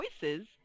choices